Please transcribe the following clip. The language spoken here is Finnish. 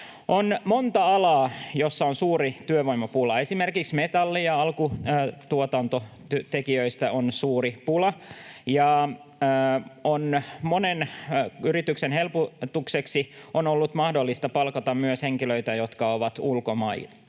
On monta alaa, joissa on suuri työvoimapula, esimerkiksi metalli- ja alkutuotannon tekijöistä on suuri pula, ja monen yrityksen helpotukseksi on ollut mahdollista palkata myös henkilöitä, jotka ovat ulkomailta.